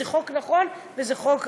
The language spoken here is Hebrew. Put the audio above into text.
זה חוק נכון וזה חוק ראוי.